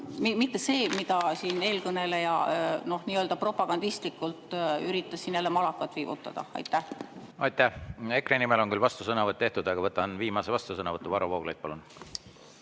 mitte see, mida eelkõneleja nii-öelda propagandistlikult väitis, üritades siin jälle malakat viibutada. Aitäh! Aitäh! EKRE nimel on küll vastusõnavõtt tehtud, aga võtan viimase vastusõnavõtu. Varro Vooglaid, palun!